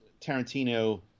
Tarantino